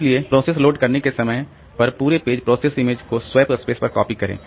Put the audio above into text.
इसलिए process load करने के समय पर पूरे पेज प्रोसेस इमेज को स्वैप स्पेस पर कॉपी करें